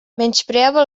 menyspreava